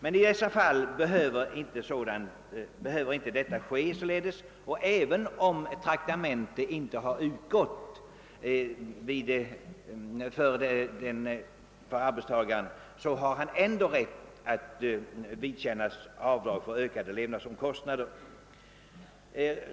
I detta fall har arbetstagaren emellertid rätt att tillerkännas avdrag för ökade levnadsomkostnader även om traktamente inte utgått.